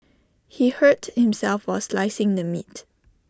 he hurt himself was slicing the meat